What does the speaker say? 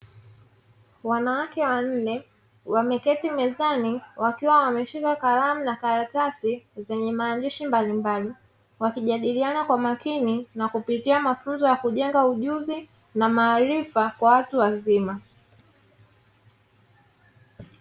Wanawake wanne wameketi mezani wakiwa wameshika kalamu na karatasi zenye maandishi mbalimbali, wakijadiliana kwa makini na kupitia mafunzo ya kujenga ujuzi na maarifa kwa watu wazima.